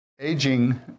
Aging